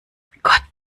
gott